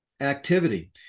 activity